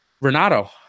Renato